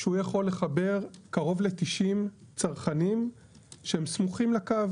שהוא יכול לחבר קרוב ל-90 צרכנים שהם סמוכים לקו,